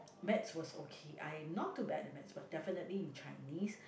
maths was okay I'm not too bad in maths but definitely in Chinese